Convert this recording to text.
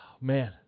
man